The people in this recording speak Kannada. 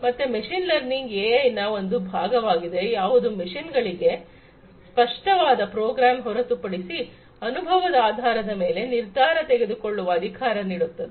ಮತ್ತೆ ಮಷೀನ್ ಲರ್ನಿಂಗ್ ಎಐ ನ ಒಂದು ಭಾಗವಾಗಿದೆ ಯಾವುದು ಮಿಷಿನ್ ಗಳಿಗೆ ಸ್ಪಷ್ಟವಾದ ಪ್ರೋಗ್ರಾಮ್ ಹೊರತುಪಡಿಸಿ ಅನುಭವದ ಆಧಾರದ ಮೇಲೆ ನಿರ್ಧಾರ ತೆಗೆದುಕೊಳ್ಳುವ ಅಧಿಕಾರ ನೀಡುತ್ತದೆ